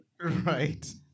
Right